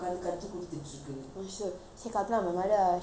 she say kalpana my mother ah she's blind you know but but she